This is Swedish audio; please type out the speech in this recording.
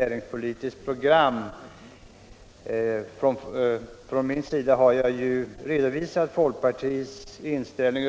Jag har i den tidigare debatten redovisat folkpartiets